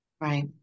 Right